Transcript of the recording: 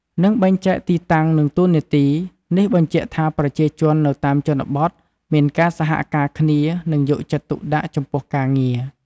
និងបែងចែកទីតាំងនិងតួនាទី នេះបញ្ជាក់ថាប្រជាជននៅតាមជនបទមានការសហការគ្នានិងយកចិត្តទុកដាក់ចំពោះការងារ។